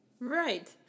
Right